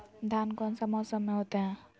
धान कौन सा मौसम में होते है?